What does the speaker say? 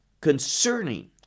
concerning